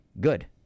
good